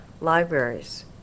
libraries